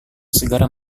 segera